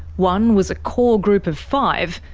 one was a core group of five,